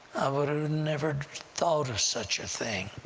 would've never thought of such a thing